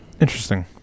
Interesting